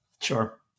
Sure